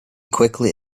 quickly